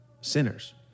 sinners